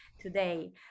today